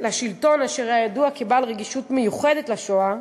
שהיה ידוע כבעל רגישות מיוחדת לשואה,